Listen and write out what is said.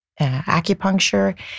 acupuncture